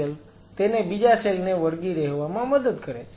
આ cementing material તેને બીજા સેલ ને વળગી રહેવામાં મદદ કરે છે